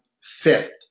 fifth